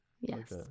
Yes